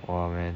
!wah!